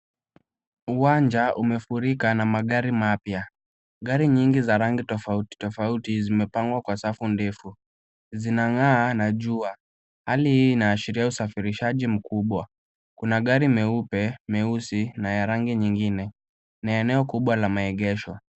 Uwanja umefurika na magari mapya. Gari nyingi za rangi tofauti tofauti zimepangwa kwa safu ndefu. Zinang'aa na jua. Hali hii inaashiria usafirishaji mkubwa. Kuna gari meupe meusi na ya rangi nyingine. Na eneo kubwa la maegesho.